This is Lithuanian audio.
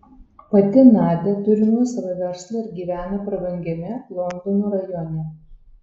pati nadia turi nuosavą verslą ir gyvena prabangiame londono rajone